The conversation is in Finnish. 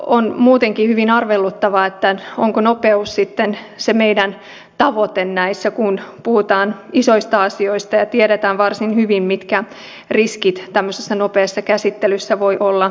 on muutenkin hyvin arveluttavaa onko nopeus sitten se meidän tavoitteemme näissä kun puhutaan isoista asioista ja tiedetään varsin hyvin mitkä riskit tämmöisessä nopeassa käsittelyssä voi olla ihmisten oikeusturvalle